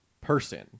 person